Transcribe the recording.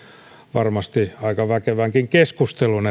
varmasti aika väkevänkin keskustelun